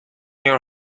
your